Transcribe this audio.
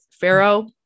Pharaoh